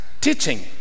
teaching